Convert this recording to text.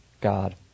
God